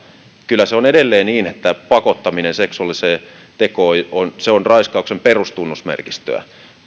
kyllä se on tälläkin hetkellä niin että pakottaminen seksuaaliseen tekoon on raiskauksen perustunnusmerkistöä